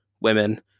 women